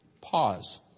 Pause